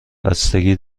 بستگی